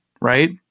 right